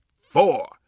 four